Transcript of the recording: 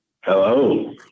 Hello